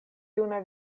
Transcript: juna